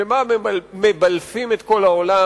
שבה מבלפים את כל העולם,